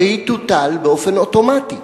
והיא תוטל באופן אוטומטי.